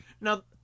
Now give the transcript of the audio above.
Now